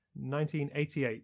1988